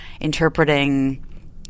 interpreting